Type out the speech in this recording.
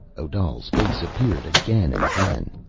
odal's face appeared again and again.